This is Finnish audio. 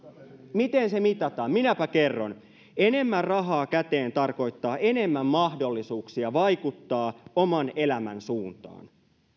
miten se mitataan minäpä kerron enemmän rahaa käteen tarkoittaa enemmän mahdollisuuksia vaikuttaa oman elämän suuntaan